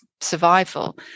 survival